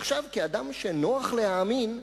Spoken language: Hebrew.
עכשיו, כאדם שנוח להאמין,